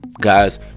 Guys